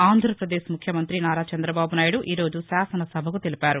ఆంధ్రాపదేశ్ ముఖ్యమంతి నారా చంద్రబాబు నాయుడు ఈ రోజు శాసన సభకు తెలిపారు